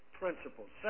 principles